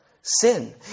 sin